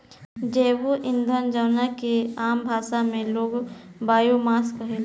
जैव ईंधन जवना के आम भाषा में लोग बायोमास कहेला